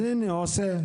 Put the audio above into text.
אז הינה, הוא עושה.